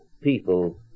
people